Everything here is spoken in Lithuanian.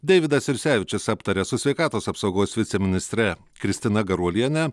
deividas jursevičius aptarė su sveikatos apsaugos viceministre kristina garuoliene